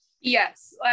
Yes